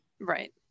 right